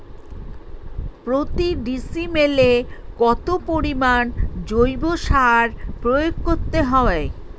প্রতি ডিসিমেলে কত পরিমাণ জৈব সার প্রয়োগ করতে হয়?